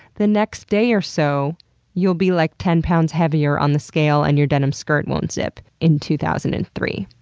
the next day or so you will be, like, ten pounds heavier on a scale and your denim skirt won't zip, in two thousand and three.